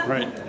Right